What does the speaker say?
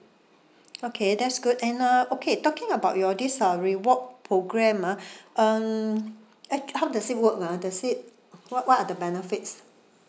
okay that's good then ah okay talking about your this ah reward programme ah um act~ how does it work ah does it what what are the benefits